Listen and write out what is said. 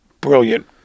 brilliant